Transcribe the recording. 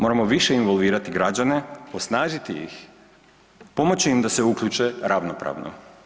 Moramo više involvirati građane, osnažiti ih, pomoći im da se uključe ravnopravno.